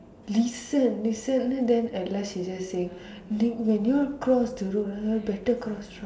listen listen then then at last she just saying did you all cross the road ah better cross